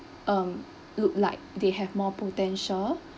um look like they have more potential